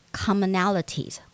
commonalities